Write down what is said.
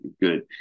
good